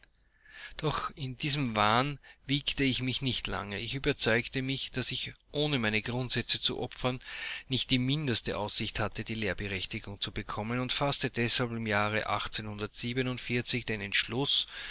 doch in diesem wahn wiegte ich mich nicht lange ich überzeugte mich daß ich ohne meine grundsätze zu opfern nicht die mindeste aussicht hatte die lehrberechtigung zu bekommen und faßte deshalb im jahre den entschluß